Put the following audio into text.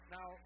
Now